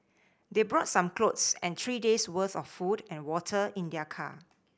they brought some clothes and three days worth of food and water in their car